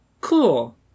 Cool